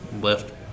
left